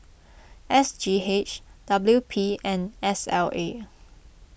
S G H W P and S L A